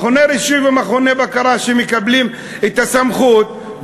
מכוני רישוי ומכוני בקרה שמקבלים את הסמכות,